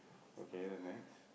okay then next